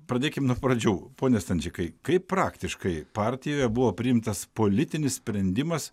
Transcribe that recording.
pradėkim nuo pradžių pone stančikai kaip praktiškai partijoje buvo priimtas politinis sprendimas